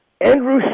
Andrew